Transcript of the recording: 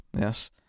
Yes